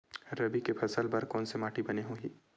रबी के फसल बर कोन से माटी बने होही?